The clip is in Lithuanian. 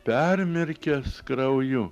permirkęs krauju